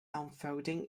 unfolding